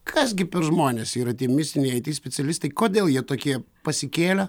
kas gi per žmonės yra tie mistiniai it specialistai kodėl jie tokie pasikėlę